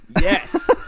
Yes